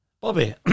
Bobby